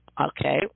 Okay